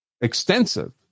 extensive